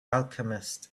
alchemist